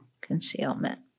concealment